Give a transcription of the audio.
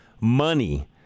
money